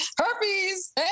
Herpes